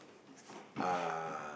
uh